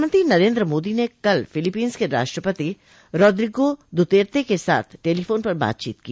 प्रधानमंत्री नरेन्द्र मोदी ने कल फिलीपींस के राष्ट्रपति रॉद्रिगो दुतेर्ते के साथ टेलीफोन पर बातचीत की